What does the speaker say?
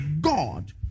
God